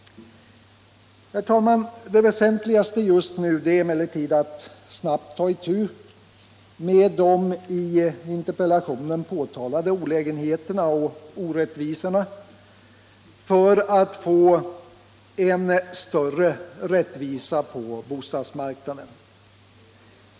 Herr talman! Det väsentligaste just nu är emellertid att snabbt ta itu med de i interpellationen påtalade olägenheterna och orättvisorna för att få en större rättvisa på bostadsmarknaden.